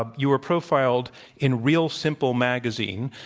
um you were profiled in real simple magazine,